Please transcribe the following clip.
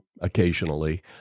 occasionally